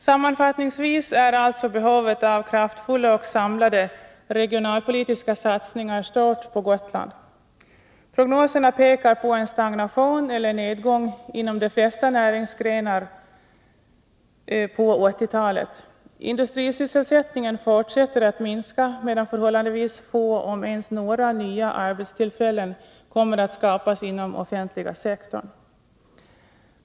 Sammanfattningsvis är alltså behovet av kraftfulla och samlade regionalpolitiska satsningar på Gotland stort. Prognoserna pekar på en stagnation eller nedgång inom de flesta näringsgrenar på 1980-talet. Industrisysselsättningen fortsätter att minska, medan förhållandevis få, om ens några, nya arbetstillfällen kommer att skapas inom offentliga sektorn.